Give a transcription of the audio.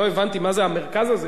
לא הבנתי מה זה המרכז הזה,